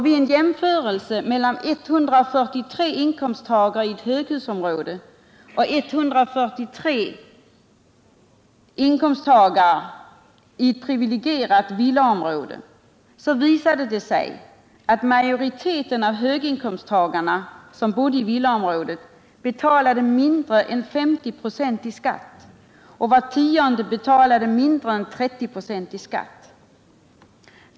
Vid jämförelse mellan 143 inkomsttagare i ett höghusområde och 143 inkomsttagare i ett privilegierat villaområde visade det sig att majoriteten av höginkomsttagarna, som bodde i villaområdet, betalade mindre än 50 96 i skatt och att var tionde betalade mindre än 30 96 i skatt.